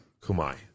Kumai